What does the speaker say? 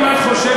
אם את חושבת,